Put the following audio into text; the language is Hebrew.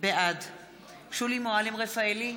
בעד שולי מועלם-רפאלי,